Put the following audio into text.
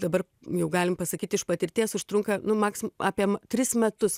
dabar jau galim pasakyt iš patirties užtrunka nu maksim apie tris metus